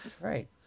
Right